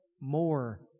more